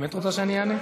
באמת רוצה שאני אענה?